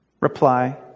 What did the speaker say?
reply